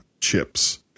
chips